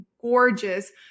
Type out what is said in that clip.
gorgeous